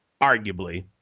arguably